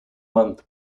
month